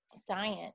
science